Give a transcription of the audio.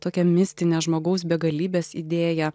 tokia mistine žmogaus begalybės idėja